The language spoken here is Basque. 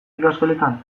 ikasgeletan